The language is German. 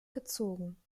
gezogen